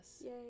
Yay